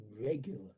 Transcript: regular